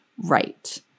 right